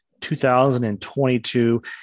2022